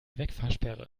wegfahrsperre